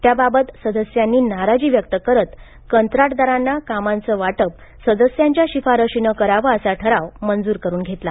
त्याबाबत सदस्यांनी नाराजी व्यक्त करत कंत्राटदारांना कामांचं वाटप सदस्यांच्या शिफारशीनं करावं असा ठराव मंजूर करून घेतला